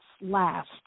last